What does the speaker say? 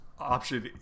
option